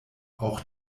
auch